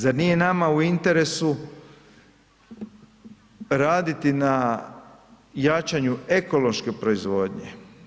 Zar nije nama u interesu raditi na jačanju ekološke proizvodnje?